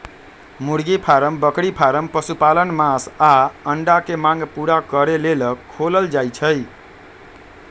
मुर्गी फारम बकरी फारम पशुपालन मास आऽ अंडा के मांग पुरा करे लेल खोलल जाइ छइ